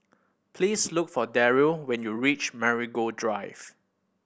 please look for Deryl when you reach Marigold Drive